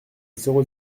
zéro